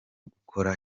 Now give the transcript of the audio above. gukora